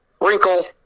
wrinkle